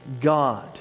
God